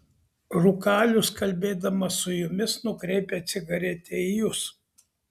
rūkalius kalbėdamas su jumis nukreipia cigaretę į jus